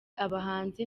abahinzi